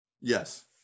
Yes